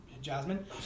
Jasmine